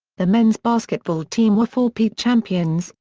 the men's basketball team were four peat champions,